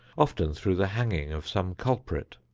often through the hanging of some culprit.